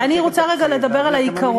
אבל אני רוצה רגע לדבר על העיקרון.